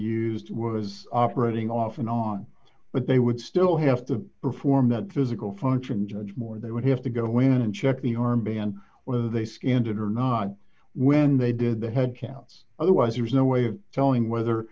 used was operating off and on but they would still have to perform that physical function judge more they would have to go in and check the armband whether they scanned it or not when they did the headcounts otherwise there's no way of telling whether